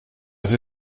sie